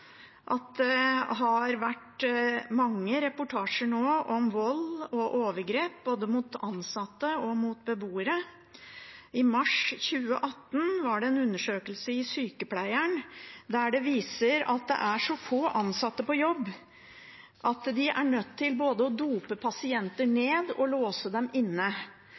at det har vært mange reportasjer nå om vold og overgrep mot ansatte og mot beboere. I mars 2018 var det en undersøkelse i Sykepleien, der det vises til at det er så få ansatte på jobb at de er nødt til å både dope pasienter ned og låse dem inne